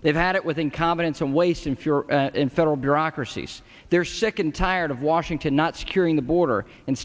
they've had it was incompetence and waste if you're in federal bureaucracies they're sick and tired of washington not securing the border and